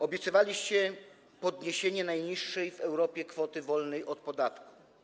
Obiecywaliście podniesienie najniższej w Europie kwoty wolnej od podatku.